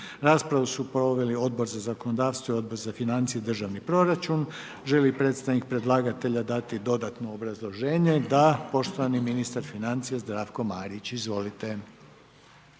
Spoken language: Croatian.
Raspravu su proveli Odbor za zakonodavstvo i Odbor za financije i državni proračun, a sada bih molio predstavnika predlagatelja da nam da dodatno obrazloženje. S nama je ministar financija, poštovani Zdravko Marić, izvolite